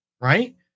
right